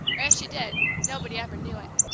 or if she did, nobody ever knew it.